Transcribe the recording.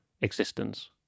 existence